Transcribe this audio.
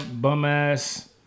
bum-ass